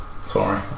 sorry